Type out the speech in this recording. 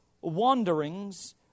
wanderings